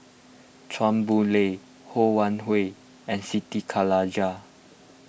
Chua Boon Lay Ho Wan Hui and Siti Khalijah